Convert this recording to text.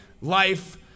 life